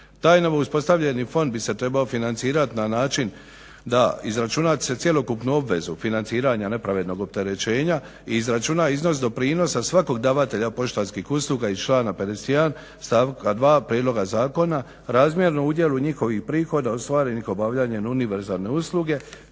Taj novo uspostavljeni fond bi se trebao financirati na način da izračuna se cjelokupnu obvezu financiranja nepravednog opterećenja i izračuna iznos doprinosa svakog davatelja poštanskih usluga iz člana 51. stavka 2. prijedloga zakona razmjerno udjelu njihovih prihoda ostvarenih obavljanjem univerzalne usluge